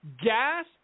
gas